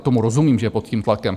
Tomu rozumím, že je pod tím tlakem.